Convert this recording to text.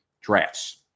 drafts